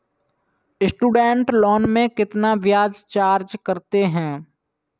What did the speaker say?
Student loan में कितना ब्याज चार्ज करते हैं?